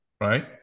right